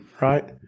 right